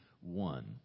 one